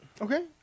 Okay